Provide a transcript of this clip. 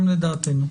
גם לדעתנו.